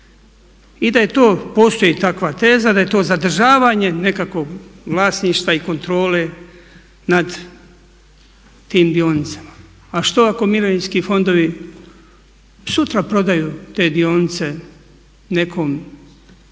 i da je to, postoji takva teza, da je to zadržavanje nekakvog vlasništva i kontrole nad tim dionicama. A što ako mirovinski fondovi sutra prodaju te dionice nekom sa